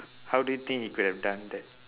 how do you think he could have done that